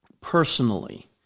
personally